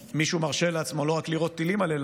מישהו מרשה לעצמו לא רק לירות טילים על אילת